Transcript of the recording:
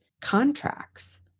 contracts